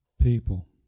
people